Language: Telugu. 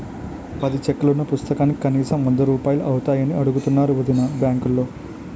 పది చెక్కులున్న పుస్తకానికి కనీసం వందరూపాయలు అవుతాయని అడుగుతున్నారు వొదినా బాంకులో